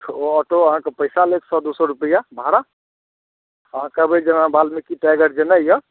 ओ auto अहाँकऽ पैसा लेत सए दू सए रुपैआ भाड़ा अहाँ कहबै जे हमरा बाल्मीकि टाइगर जेनाइ यऽ